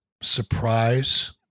surprise